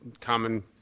common